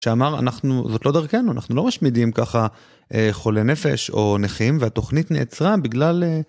שאמר אנחנו זאת לא דרכנו אנחנו לא משמידים ככה חולי נפש או נכים והתוכנית נעצרה בגלל